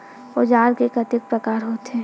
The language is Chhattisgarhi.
औजार के कतेक प्रकार होथे?